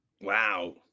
Wow